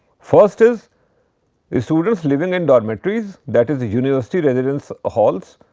first is is students living in dormitories that is the university residence halls,